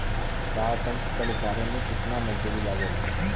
चार टन फसल उतारे में कितना मजदूरी लागेला?